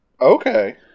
Okay